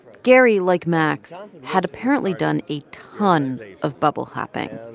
gary, like max, had apparently done a ton of bubble hopping.